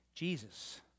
Jesus